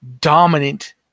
dominant